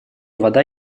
вода